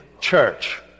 church